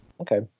Okay